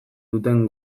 duten